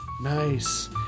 Nice